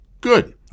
good